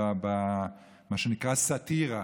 במה שנקרא סאטירה.